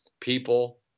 people